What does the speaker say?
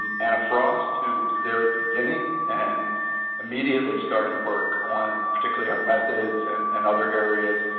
anna frost, who was there at the beginning and immediately started work on particularly our methods and and other areas,